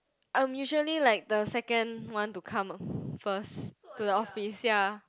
I'm usually like the second one to come first to the office ya